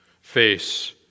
face